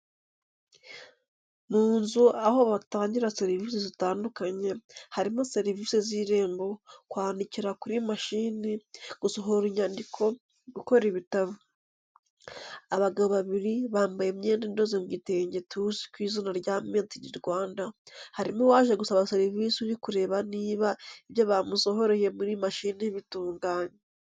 Mu nzu aho batangira serivise zitandukanye, harimo serivise z'irembo, kwandikira kuri mashini, gusohora inyandiko, gukora ibitabo. Abagabo babiri bambaye imyenda idoze mu gitenge tuzi ku izina rya made ini Rwanda harimo uwaje gusaba serivice uri kureba niba ibyo bamusohoreye muri mashini bitunganye.